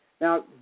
Now